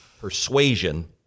persuasion